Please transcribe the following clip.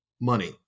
money